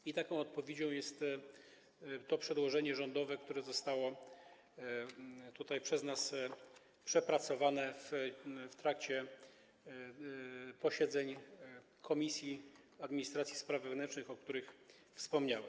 I taką odpowiedzią jest to przedłożenie rządowe, które zostało tutaj przez nas przepracowane w trakcie posiedzeń Komisji Administracji i Spraw Wewnętrznych, o których wspomniałem.